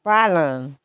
पालन